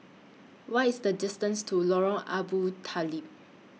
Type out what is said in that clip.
What IS The distance to Lorong Abu Talib